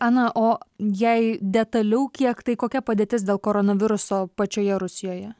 ana o jei detaliau kiek tai kokia padėtis dėl koronaviruso pačioje rusijoje